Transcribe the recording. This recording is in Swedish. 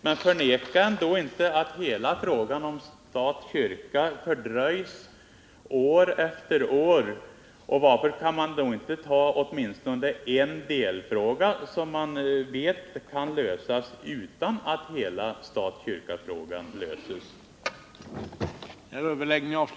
Men förneka ändå inte att hela frågan om stat-kyrka fördröjs år efter år! Varför kan man inte ta upp åtminstone en delfråga som man vet kan lösas utan att hela stat-kyrka-frågan löses?